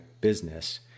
business